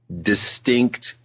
distinct